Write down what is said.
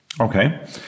Okay